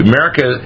America